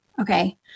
okay